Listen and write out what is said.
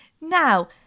now